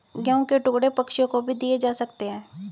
गेहूं के टुकड़े पक्षियों को भी दिए जा सकते हैं